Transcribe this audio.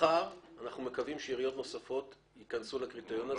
מחר אנחנו מקווים שעיריות נוספות ייכנסו לקריטריון הזה.